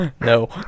no